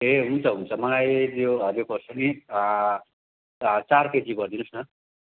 ए हुन्छ हुन्छ मलाई यो हरियो खोर्सानी चार केजी गरिदिनुहोस् न